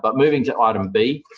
but moving to item b,